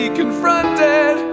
confronted